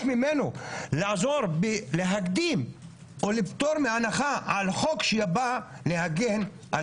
ממנו לעזור בלהקדים או לפטור מהנחה על חוק שבא להגן על